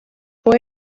può